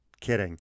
kidding